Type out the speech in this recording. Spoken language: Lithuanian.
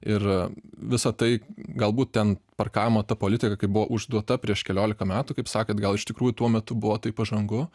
ir visa tai galbūt ten parkavimo ta politika kai buvo užduota prieš keliolika metų kaip sakėt gal iš tikrųjų tuo metu buvo tai pažangu